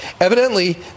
Evidently